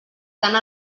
tant